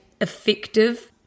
effective